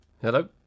Hello